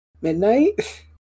Midnight